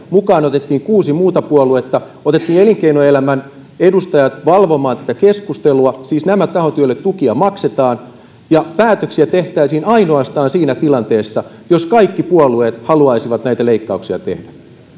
mukaan otettiin kuusi muuta puoluetta otettiin elinkeinoelämän edustajat valvomaan tätä keskustelua siis nämä tahot joille tukia maksetaan ja päätöksiä tehtäisiin ainoastaan siinä tilanteessa jos kaikki puolueet haluaisivat näitä leikkauksia tehdä